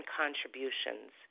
contributions